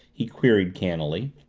he queried cannily.